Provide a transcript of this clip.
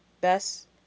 best